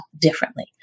differently